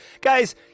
Guys